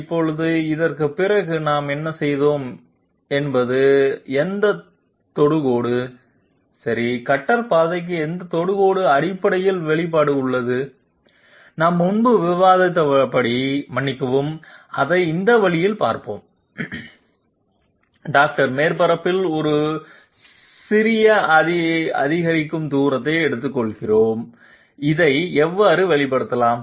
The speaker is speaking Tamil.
இப்போது இதற்குப் பிறகு நாம் என்ன செய்தோம் என்பது எந்த தொடுகோடு சரி கட்டர் பாதைக்கு எந்த தொடுகோடு அடிப்படையில் வெளிப்பாடு உள்ளது நாம் முன்பு விவாதித்தபடி மன்னிக்கவும் அதை இந்த வழியில் பார்ப்போம் டாக்டர் மேற்பரப்பில் ஒரு சிறிய அதிகரிக்கும் தூரத்தை எடுத்துக்கொள்கிறோம் இதை எவ்வாறு வெளிப்படுத்தலாம்